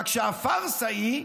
רק שהפארסה היא,